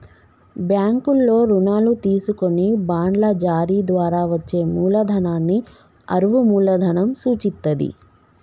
బ్యాంకుల్లో రుణాలు తీసుకొని బాండ్ల జారీ ద్వారా వచ్చే మూలధనాన్ని అరువు మూలధనం సూచిత్తది